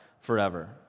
forever